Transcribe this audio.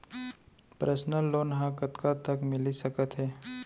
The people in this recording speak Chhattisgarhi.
पर्सनल लोन ह कतका तक मिलिस सकथे?